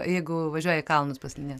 jeigu važiuoji į kalnus paslidinėt